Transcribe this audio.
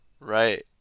Right